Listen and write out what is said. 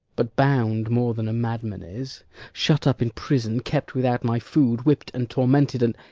but bound more than a madman is shut up in prison, kept without my food, whipp'd and tormented and